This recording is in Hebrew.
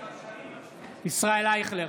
בהצבעה ישראל אייכלר,